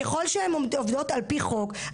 ככל שהן עובדות על פי חוק,